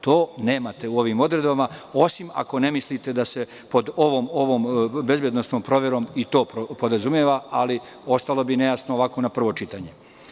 To nemate u ovim odredbama, osim ako ne mislite da se pod ovom bezbednosnom proverom i to podrazumeva, ali ostalo bi nejasno ovako na prvo čitanje.